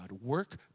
Work